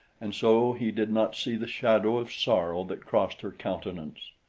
and so he did not see the shadow of sorrow that crossed her countenance.